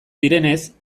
direnez